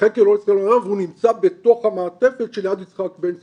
לחקר קהילות ישראל והוא נמצא בתוך המעטפת של יד יצחק בן צבי.